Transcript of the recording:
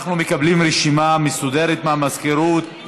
אנחנו מקבלים רשימה מסודרת מהמזכירות,